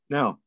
Now